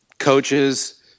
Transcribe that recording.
coaches